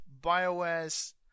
Bioware's